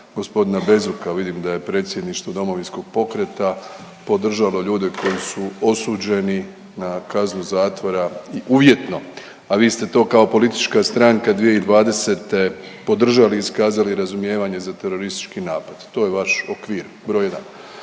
gospodina Bezuka vidim da je predsjedništvo Domovinskog pokreta podržalo ljude koji su osuđeni na kaznu zatvora, uvjetno, a vi ste to kao politička stranka 2020. podržali, iskazali razumijevanje za teroristički napad. To je vaš okvir broj 1.